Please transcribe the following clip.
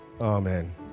Amen